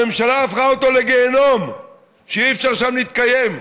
הממשלה הפכה אותו לגיהינום שאי-אפשר להתקיים בו.